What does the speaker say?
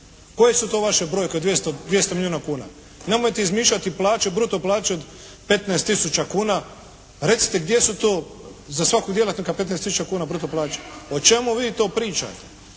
Koje su to vaše brojke od 200 milijuna kuna. Nemojte izmišljati plaću, bruto plaće od 15000 kuna. Recite gdje su to za svakog djelatnika 15000 kuna bruto plaće. O čemu vi to pričate?